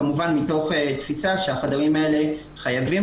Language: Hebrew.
כמובן מתוך התפיסה שהחדרים האלה חייבים